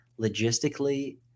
logistically